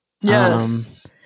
Yes